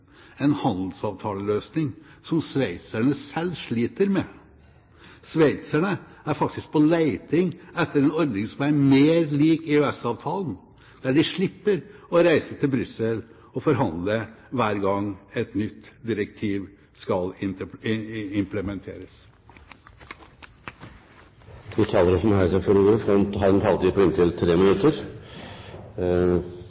en handelsavtaleløsning, som sveitserne selv sliter med. Sveitserne er faktisk på leting etter en ordning som er mer lik EØS-avtalen, der de slipper å reise til Brussel og forhandle hver gang et nytt direktiv skal implementeres. De talere som heretter får ordet, har en taletid på inntil